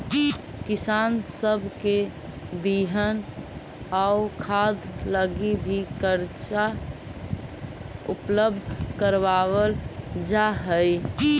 किसान सब के बिहन आउ खाद लागी भी कर्जा उपलब्ध कराबल जा हई